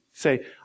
Say